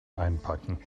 einpacken